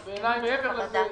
אבל מעבר לזה,